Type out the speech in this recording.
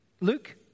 Luke